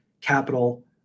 capital